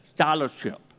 scholarship